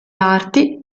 arti